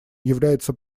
является